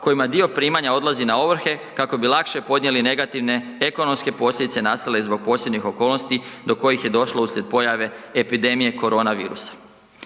kojima dio primanja odlazi na ovrhe kako bi lakše podnijeli negativne ekonomske posljedice nastale zbog posebnih okolnosti do kojih je došlo uslijed pojave epidemije korona virusa.